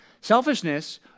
Selfishness